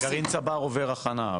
חוץ מזה גרעין צבר עובר הכנה.